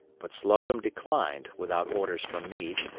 but slocum declined, without orders from meade.